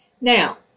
Now